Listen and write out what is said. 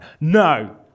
No